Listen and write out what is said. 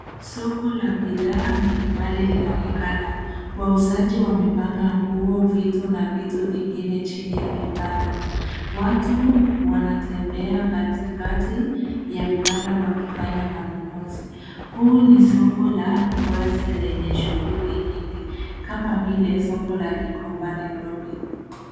Soko la bidhaa mbalimbali linaonekana wauzaji wamepanga nguo, vitu na vitu vingine chini ya kibanda. Watu wanatembea katikati ya vibanda wakifanya manunuzi, huu ni soko la wazi lenye shughuli nyingi kama vile soko la Gikomba, Nairobi.